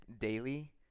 daily